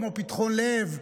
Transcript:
כמו פתחון לב,